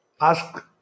ask